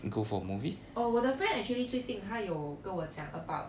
oh 我的 friend actually 最近他有跟我讲 about